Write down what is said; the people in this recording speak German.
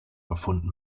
gefunden